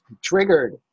triggered